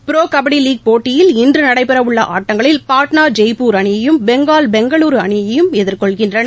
ப்ரோகபடிலீக் போட்டியில் இன்றுநடைபெறவுள்ளஆட்டங்களில் பாட்னா ஜெய்ப்பூர் அணியையும் பெங்கால் பெங்களூருஅணியையம் எதிர்கொள்கின்றன